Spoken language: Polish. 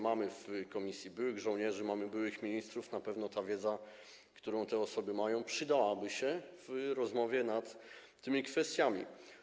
Mamy w komisji byłych żołnierzy, mamy byłych ministrów, na pewno ta wiedza, którą te osoby mają, przydałaby się w rozmowie o tych kwestiach.